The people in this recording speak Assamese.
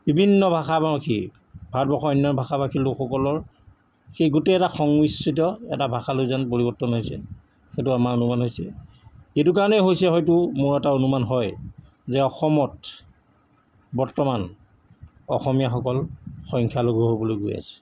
বিভিন্ন ভাষা ভাষী ভাৰতবৰ্ষৰ অন্য ভাষা ভাষীৰ লোকসকলৰ সেই গোটেই এটা সংমিশ্ৰিত এটা ভাষালৈ যেন পৰিৱৰ্তন হৈছে সেইটো আমাৰ অনুমান হৈছে এইটো কাৰণেই হৈছে হয়তো মোৰ এটা অনুমান হয় যে অসমত বৰ্তমান অসমীয়াসকল সংখ্যালঘু হ'বলৈ গৈ আছে